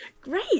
Great